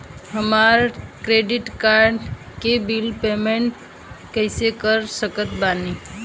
हमार credit card के bill payment कइसे कर सकत बानी?